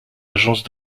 agence